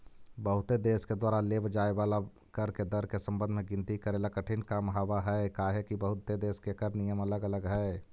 बहुते देश के द्वारा लेव जाए वाला कर के दर के संबंध में गिनती करेला कठिन काम हावहई काहेकि बहुते देश के कर नियम अलग अलग हई